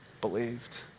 believed